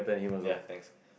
ya thanks